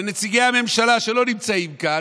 לנציגי הממשלה שלא נמצאים כאן: